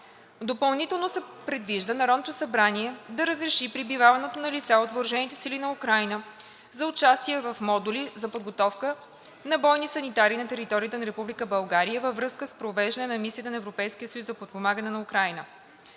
Допълнително се предвижда Народното събрание да разреши пребиваването на лица от въоръжените сили на Украйна за участие в модули за подготовка на бойни санитари на територията на Република България във връзка с провеждане на Мисията на Европейския съюз за подпомагане на Украйна.